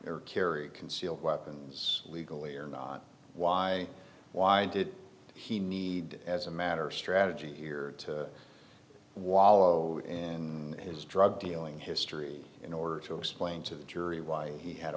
their carry concealed weapons legally or not why why did he need as a matter of strategy here to wallow in his drug dealing history in order to explain to the jury why he had a